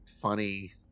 funny